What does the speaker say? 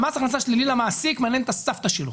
מס הכנסה שלילי למעסיק מעניין את הסבתא שלו.